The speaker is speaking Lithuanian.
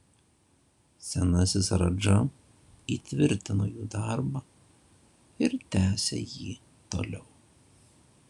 senasis radža įtvirtino jų darbą ir tęsė jį toliau